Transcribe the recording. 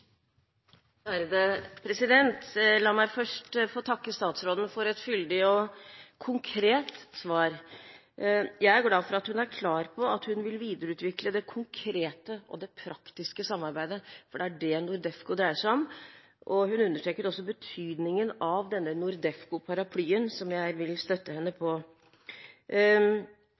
La meg først få takke statsråden for et fyldig og konkret svar. Jeg er glad for at hun er klar på at hun vil videreutvikle det konkrete og det praktiske samarbeidet, for det er det NORDEFCO dreier seg om. Hun understreker også betydningen av denne NORDEFCO-paraplyen, som jeg vil støtte henne på.